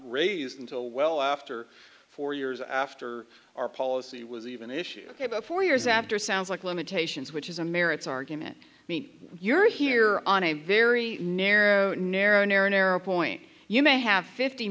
raised until well after four years after our policy was even issue about four years after sounds like limitations which is a merits argument i mean you're here on a very narrow narrow narrow narrow point you may have fifty